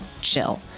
chill